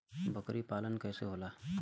बकरी पालन कैसे होला?